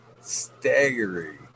staggering